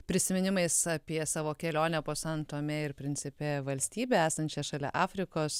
prisiminimais apie savo kelionę po san tomė ir principė valstybę esančią šalia afrikos